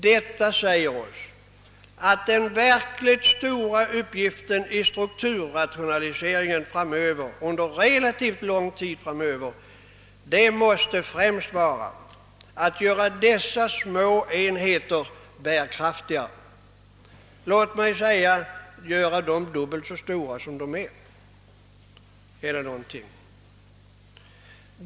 Detta säger oss att den verkligt stora uppgiften i strukturrationaliseringen under relativt lång tid framöver främst måste vara att göra dessa små enheter bärkraftiga genom att t.ex. fördubbla deras storlek.